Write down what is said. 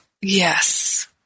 Yes